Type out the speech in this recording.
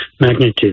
magnitude